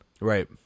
Right